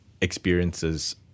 experiences